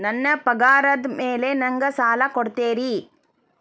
ನನ್ನ ಪಗಾರದ್ ಮೇಲೆ ನಂಗ ಸಾಲ ಕೊಡ್ತೇರಿ?